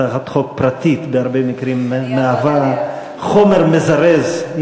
הצעת חוק פרטית בהרבה מקרים מהווה, אני אעבוד